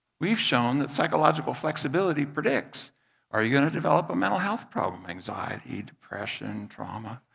we've shown that psychological flexibility predicts are you going to develop a mental health problem anxiety, depression, trauma?